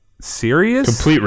serious